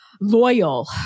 loyal